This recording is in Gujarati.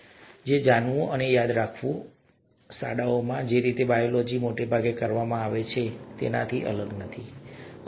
અને તેથી જાણવું અને યાદ રાખવું અને યાદ રાખવું વગેરે વગેરે શાળાઓમાં જે રીતે બાયોલોજી મોટાભાગે કરવામાં આવે છે તેનાથી અલગ નથી ખરું ને